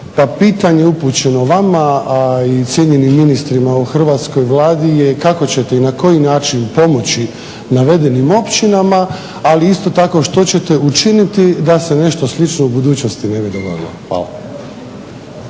Pa pitanje upućeno vama, a i cijenjenim ministrima u hrvatskoj Vladi je kako ćete i na koji način pomoći navedenim općinama ali isto tako što ćete učiniti da se nešto slično u budućnosti ne bi dogodilo. Hvala.